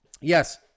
Yes